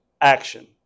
action